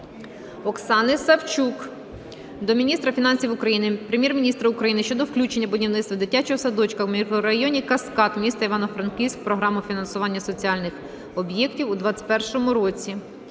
Оксани Савчук до міністра фінансів України, Прем'єр-міністра України щодо включення будівництва дитячого садочка в мікрорайоні "Каскад", місто Івано-Франківськ, в програму фінансування соціальних об'єктів у 2021 році.